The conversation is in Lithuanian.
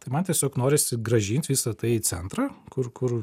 tai man tiesiog norisi grąžint visą tai į centrą kur kur